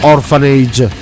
Orphanage